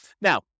Now